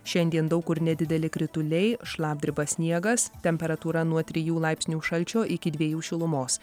šiandien daug kur nedideli krituliai šlapdriba sniegas temperatūra nuo trijų laipsnių šalčio iki dviejų šilumos